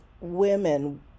women